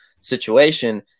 situation